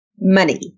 Money